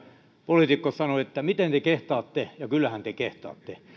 poliitikko sanoi miten te kehtaatte ja kyllähän te kehtaatte